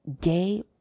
gay